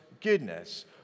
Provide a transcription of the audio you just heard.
goodness